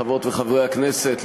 חברות וחברי הכנסת,